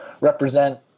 represent